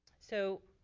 so,